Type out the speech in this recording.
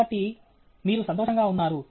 కాబట్టి మీరు సంతోషంగా ఉన్నారు